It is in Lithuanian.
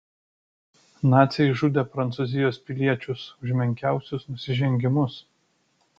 naciai žudė prancūzijos piliečius už menkiausius nusižengimus